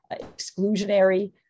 exclusionary